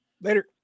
Later